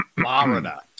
Florida